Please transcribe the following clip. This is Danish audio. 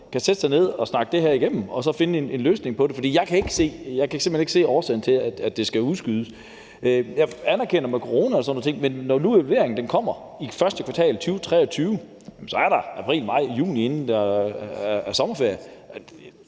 kan sætte sig ned og snakke det her igennem og så finde en løsning på det, for jeg kan simpelt hen ikke se årsagen til, at det skal udskydes. Jeg anerkender det med corona og sådan nogle ting, men når nu evalueringen kommer i første kvartal 2023, er der april, maj og juni, inden der er sommerferie.